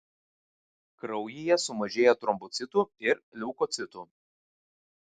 kraujyje sumažėja trombocitų ir leukocitų